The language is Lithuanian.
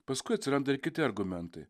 paskui atsiranda ir kiti argumentai